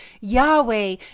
Yahweh